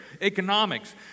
economics